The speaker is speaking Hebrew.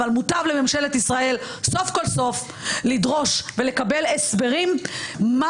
אבל מוטב לממשלת ישראל סוף כל סוף לדרוש ולקבל הסברים מה